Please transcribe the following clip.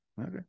okay